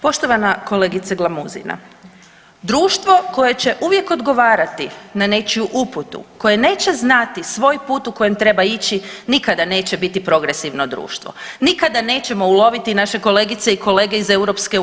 Poštovana kolegice Glamuzina, društvo koje će uvijek odgovarati na nečiju uputu, koje neće znati svoj put u kojem treba ići nikada neće biti progresivno društvo, nikada nećemo uloviti naše kolegice i kolege iz EU.